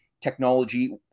technology